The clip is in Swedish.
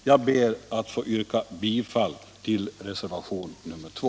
Jag ber att få yrka bifall till reservationen 2.